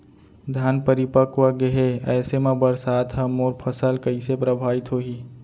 धान परिपक्व गेहे ऐसे म बरसात ह मोर फसल कइसे प्रभावित होही?